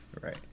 right